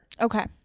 Okay